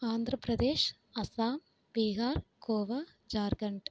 Andhra Pradesh Assam Bihar Goa Jharkhand